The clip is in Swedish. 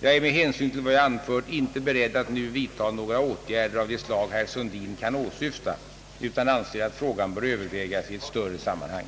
Jag är med hänsyn till vad jag anfört inte beredd att nu vidta några åtgärder av det slag herr Sundin kan åsyfta utan anser att frågan bör övervägas i ett större sammanhang.